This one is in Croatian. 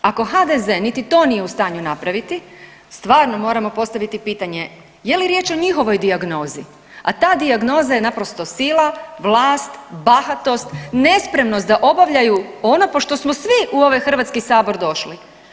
Ako HDZ niti to nije u stanju napraviti stvarno moramo postaviti pitanje je li riječ o njihovoj dijagnozi, a ta dijagnoza je naprosto sila, vlast, bahatost, nespremnost da obavljaju ono po što smo svi u ovaj Hrvatski sabor došli.